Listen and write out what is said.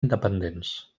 independents